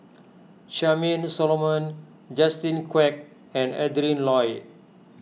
Charmaine Solomon Justin Quek and Adrin Loi